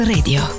Radio